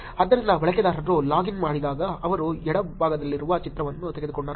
ಆದ್ದರಿಂದ ಬಳಕೆದಾರರು log in ಮಾಡಿದಾಗ ಅವರು ಎಡಭಾಗದಲ್ಲಿರುವ ಚಿತ್ರವನ್ನು ತೆಗೆದುಕೊಂಡರು